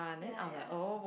ya ya